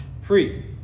free